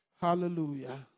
Hallelujah